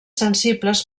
sensibles